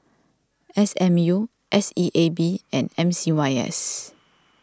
S M U S E A B and M C Y S